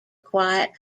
quiet